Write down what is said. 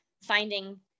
finding